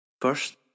First